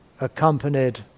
accompanied